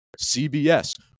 CBS